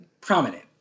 prominent